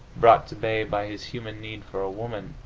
brought to bay by his human need for a woman,